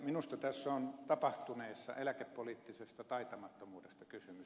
minusta tässä tapahtuneessa on eläkepoliittisesta taitamattomuudesta kysymys